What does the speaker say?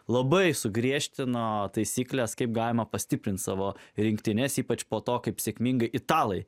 labai sugriežtino taisykles kaip galima pastiprinti savo rinktines ypač po to kaip sėkmingai italai